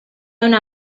una